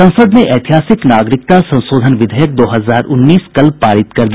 संसद ने ऐतिहासिक नागरिकता संशोधन विधेयक दो हजार उन्नीस कल पारित कर दिया